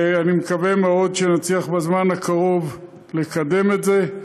ואני מקווה מאוד שנצליח בזמן הקרוב לקדם את זה.